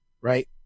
Right